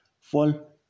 fall